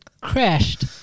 crashed